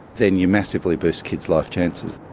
then you massively boost kids' life chances.